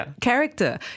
character